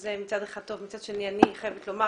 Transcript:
שזה מצד אחד טוב ומצד שני אני חייבת לומר